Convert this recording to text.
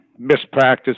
mispractice